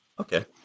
Okay